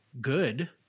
good